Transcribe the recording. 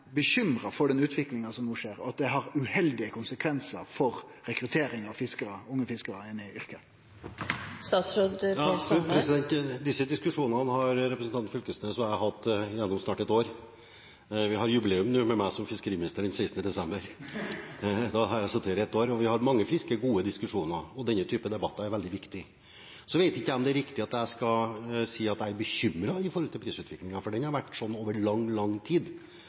bekymra for den utviklinga som no skjer, og at den har uheldige konsekvensar for rekrutteringa av unge fiskarar til yrket? Absolutt. Disse diskusjonene har representanten Knag Fylkesnes og jeg hatt gjennom snart ett år. Vi har jubileum med meg som fiskeriminister nå den 16. desember – da har jeg sittet her i ett år. Vi har hatt mange friske, gode diskusjoner, og denne type debatter er veldig viktig. Så vet jeg ikke om det er riktig at jeg skal si at jeg er bekymret over prisutviklingen, for den har vært sånn over lang, lang tid,